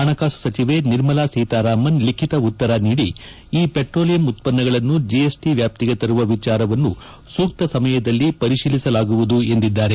ಹಣಕಾಸು ಸಚಿವೆ ನಿರ್ಮಲಾ ಸೀತಾರಾಮನ್ ಲಿಖಿತ ಉತ್ತರ ನೀಡಿ ಈ ಪೆಟ್ರೋಲಿಯಂ ಉತ್ಪನ್ನಗಳನ್ನು ಜಿಎಸ್ಟ ವ್ಲಾಪ್ತಿಗೆ ತರುವ ವಿಚಾರವನ್ನು ಸೂಕ್ತ ಸಮಯದಲ್ಲಿ ಪರಿಶೀಲಿಸಲಾಗುವುದು ಎಂದಿದ್ದಾರೆ